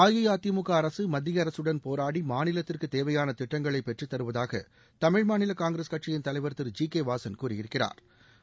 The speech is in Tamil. அஇஅதிமுக அரசு மத்திய அரசுடன் போராடி மாநிலத்திற்கு தேவையான திட்டங்களை பெற்றுத்தருவதாக தமிழ் மாநில காங்கிரஸ் கட்சியின் தலைவா் திரு ஜி கே வாசன் கூறியிருக்கிறாா்